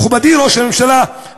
מכובדי ראש הממשלה,